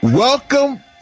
Welcome